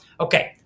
Okay